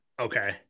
okay